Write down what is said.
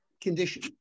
condition